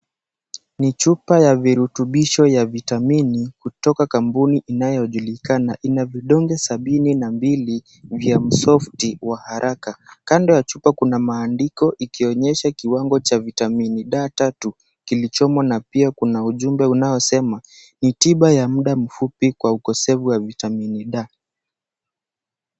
Ni chupa ya virutubisho ya vitamini kutoka kampuni inayojulikana. Ina vidonge sabini na mbili vya usofti wa haraka. Kando ya vidonge kuna maandishi ikionyesha kiwango cha vitamin D3 kilichomo na pia kuna jumbe unaosema, "Ni tiba ya muda mfupi kwa ukosefu wa vitamin D."